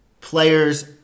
players